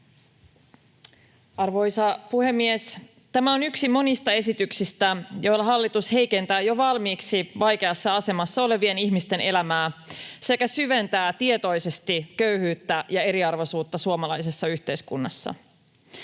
Arvoisa puhemies! Tämä on yksi monista esityksistä, joilla hallitus heikentää jo valmiiksi vaikeassa asemassa olevien ihmisten elämää sekä syventää tietoisesti köyhyyttä ja eriarvoisuutta suomalaisessa yhteiskunnassa.